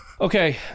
Okay